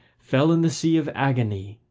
fell in the sea of agony,